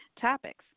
topics